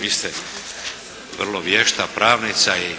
Vi ste vrlo vješta pravnica i.